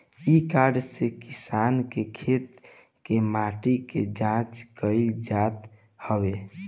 इ कार्ड से किसान के खेत के माटी के जाँच कईल जात हवे